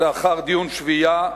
לאחר דיון שביעייה,